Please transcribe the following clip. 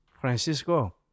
Francisco